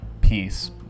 peace